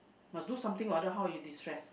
must do something what then how you destress